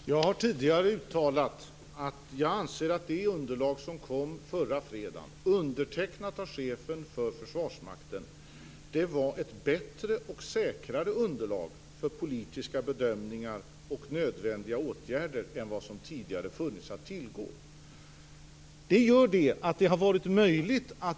Fru talman! Jag har tidigare uttalat att jag anser att det underlag som kom förra fredagen, undertecknat av chefen för Försvarsmakten, var ett bättre och säkrare underlag för politiska bedömningar och nödvändiga åtgärder än vad som tidigare funnits att tillgå. Det gör att det har varit möjligt att